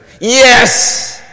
Yes